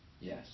yes